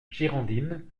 girondine